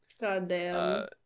Goddamn